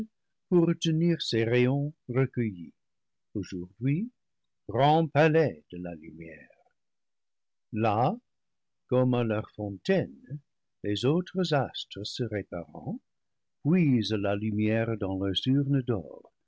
pour retenir ses rayons recueillis aujourd'hui grand palais de la lumière là comme à leur fontaine les au tres astres se réparant puisent la lumière dans leurs urnes d'or